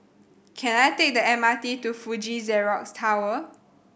can I take the M R T to Fuji Xerox Tower